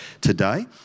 today